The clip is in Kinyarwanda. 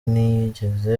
ntiyigeze